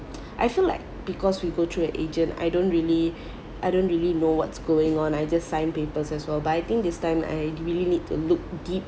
I feel like because we go through an agent I don't really I don't really know what's going on I just sign papers as well but I think this time I really need to look deep